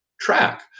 track